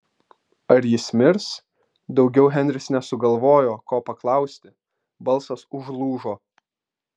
ar jis mirs daugiau henris nesugalvojo ko paklausti balsas užlūžo